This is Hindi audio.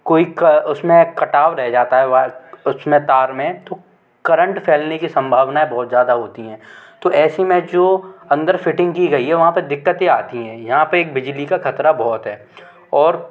कोई उसमें कटाव रह जाता है व उस में तार में तो करेंट फैलने कि संभावनाएं बहुत ज़्यादा होती हैं तो ऐसी में जो अंदर फ़िटिंग की गई है वहाँ पर दिक्कतें आती है यहाँ पर एक बिजली का ख़तरा बहुत है और